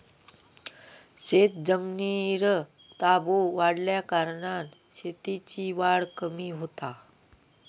शेतजमिनीर ताबो वाढल्याकारणान शेतीची वाढ कमी होता